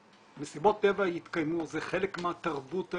מסיבות הטבע יתקיימו, זה חלק מהתרבות האנושית.